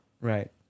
right